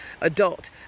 adult